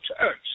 church